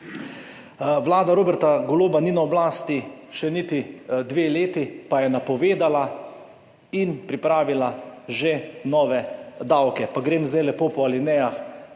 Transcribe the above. Vlada Roberta Goloba ni na oblasti še niti dve leti, pa je napovedala in pripravila že nove davke. Grem zdaj lepo po alinejah,